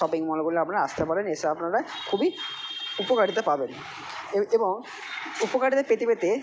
shopping মলগুলো আপনারা আসতে পারেন এসে আপনারা খুবই উপকারিতা পাবেন এবং উপকারিতা পেতে পেতে